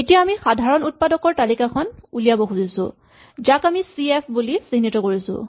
এতিয়া আমি সাধাৰণ উৎপাদকৰ তালিকাখন উলিয়াব খুজিছো যাক আমি চি এফ বুলি চিহ্নিত কৰিছো